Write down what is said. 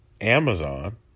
Amazon